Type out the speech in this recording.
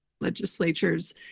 legislatures